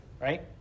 right